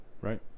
right